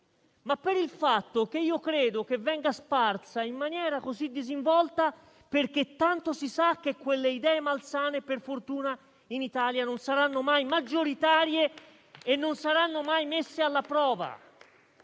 ma per il fatto che credo venga sparsa in maniera così disinvolta perché tanto si sa che quelle idee malsane, per fortuna, in Italia non saranno mai maggioritarie e non saranno mai messe alla prova.